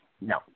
No